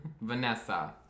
Vanessa